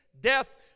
death